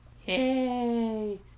Hey